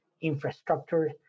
infrastructure